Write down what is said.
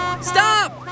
Stop